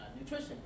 nutrition